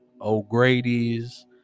O'Grady's